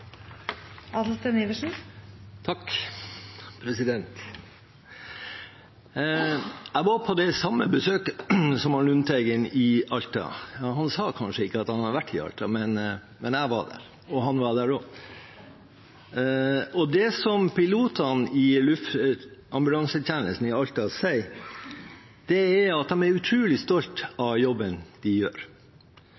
Jeg var på det samme besøket som Lundteigen, i Alta. Han sa kanskje ikke at han hadde vært i Alta, men jeg var der, og han var der også. Det pilotene i luftambulansetjenesten i Alta sier, er at de er utrolig